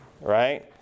right